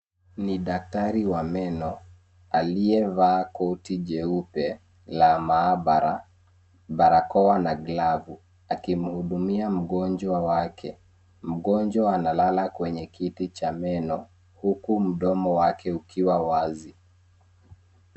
Ni daktari wa meno aliyevaa koti jeupe la maabara barakoa na glavu akimhudumia mgonjwa wake mgonjwa analala kwenye kiti cha meno huku mdomo wake ukiwa wazi